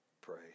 pray